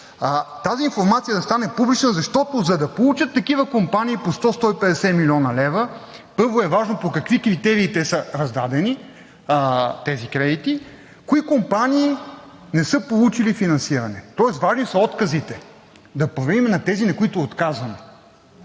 тази информация да стане публична, защото за да получат такива компании по 100 – 150 млн. лв., първо е важно по какви критерии са раздадени тези кредити, кои компании не са получили финансиране? Тоест, важни са отказите, да проверим тези, на които е отказано.